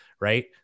right